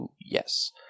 yes